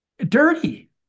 Dirty